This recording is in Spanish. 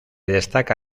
destaca